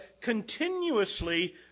continuously